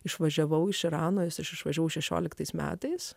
išvažiavau iš irano ir aš išvažiavau šešioliktais metais